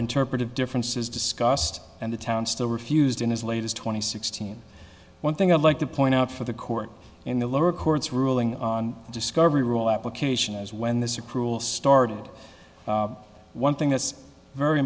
interpretive differences discussed and the town still refused in his latest twenty sixteen one thing i'd like to point out for the court in the lower court's ruling on the discovery rule application is when this is a cruel started one thing that's very